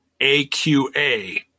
AQA